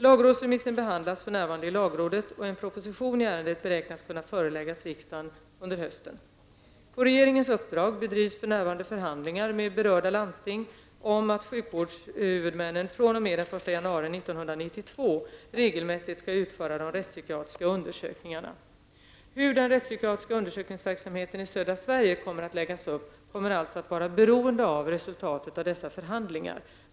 Lagrådsremissen behandlas för närvarande i lagrådet, och en proposition i ärendet beräknas kunna föreläggas riksdagen under hösten. På regeringens uppdrag bedrivs för närvarande förhandlingar med berörda landsting om att sjukvårdshuvudmannen fr.o.m. den 1 januari 1992 regelmässigt skall utföra de rättspsykiatriska undersökningarna. Hur den rättspsykiatriska undersökningsverksamheten i södra Sverige kommer att läggas upp kommer alltså att bli beroende av resultatet av dessa förhandlingar.